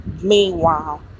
Meanwhile